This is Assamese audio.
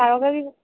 ছাৰৰ গাড়ী